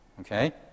Okay